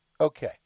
Okay